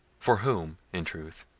for whom, in truth,